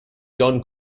john